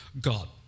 God